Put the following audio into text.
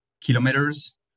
kilometers